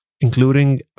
including